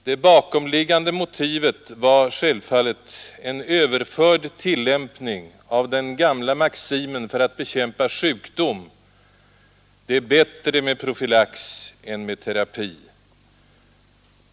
Det bakomliggande motivet var självfallet en överförd tillämpning av den gamla maximen för att bekämpa sjukdom: Det är bättre med profylax än med terapi.